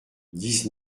dix